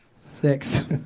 Six